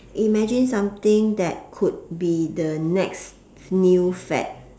imagine something that could be the next new fad